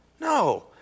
No